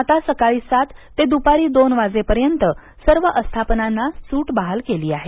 आता सकाळी सात ते दुपारी दोन वाजेपर्यंत सर्व आस्थापनांना सूट बहाल केली आहे